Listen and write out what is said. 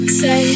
say